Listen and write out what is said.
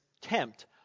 tempt